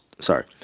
sorry